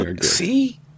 See